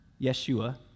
Yeshua